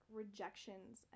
rejections